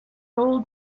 old